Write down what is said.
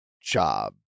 job